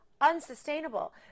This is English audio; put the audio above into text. unsustainable